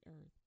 earth